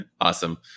Awesome